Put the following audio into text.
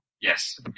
Yes